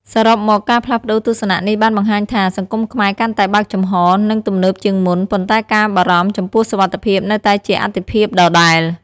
សរុបមក ការផ្លាស់ប្ដូរទស្សនៈនេះបានបង្ហាញថា សង្គមខ្មែរកាន់តែបើកចំហរ និងទំនើបជាងមុន ប៉ុន្តែការបារម្ភចំពោះសុវត្ថិភាពនៅតែជាអាទិភាពដដែល។